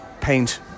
paint